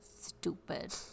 stupid